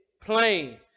plain